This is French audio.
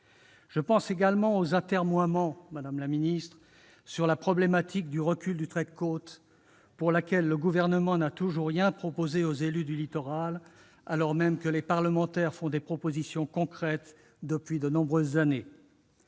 je pense également aux atermoiements constatés à propos de la problématique du recul du trait de côte : le Gouvernement n'a toujours rien proposé aux élus du littoral, alors même que les parlementaires formulent des préconisations concrètes depuis de nombreuses années.